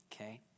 Okay